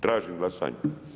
Tražim glasanje.